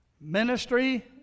ministry